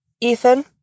Ethan